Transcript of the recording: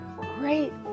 great